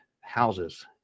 houses